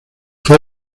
fue